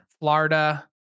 Florida